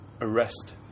arrest